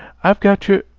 i've got your